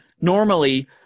normally